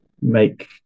make